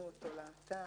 התוספות.